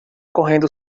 correndo